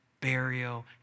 burial